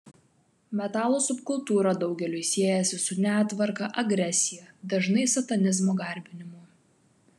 metalo subkultūra daugeliui siejasi su netvarka agresija dažnai satanizmo garbinimu